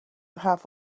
have